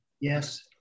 Yes